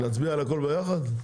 להצביע על הכל ביחד?